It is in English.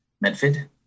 Medford